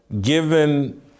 given